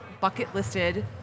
bucket-listed